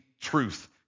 truth